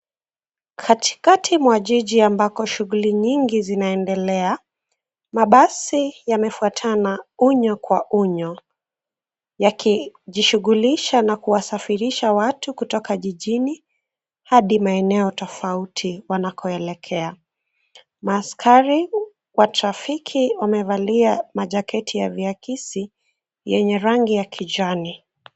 Katikati mwa jiji ambako shughuli nyingi zinaendelea. Mabasi yamefuatana unyo kwa unyo yakijishughulisha na kuwasafirisha watu kutoka jijini hadi maeneo tofauti wanakoelekea. Askari wa trafiki wamevaa majaketi ya viakisi yenye rangi ya kijani.